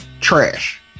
trash